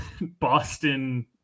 Boston